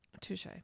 Touche